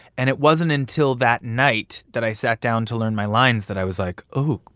and it wasn't until that night that i sat down to learn my lines that i was like, oh,